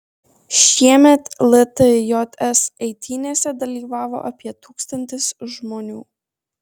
šiemet ltjs eitynėse dalyvavo apie tūkstantis žmonių